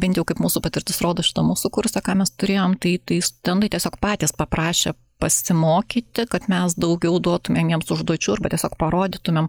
bent jau kaip mūsų patirtis rodo iš to mūsų kurso ką mes turėjom tai tai studentai tiesiog patys paprašė pasimokyti kad mes daugiau duotumėm jiems užduočių arba tiesiog parodytumėm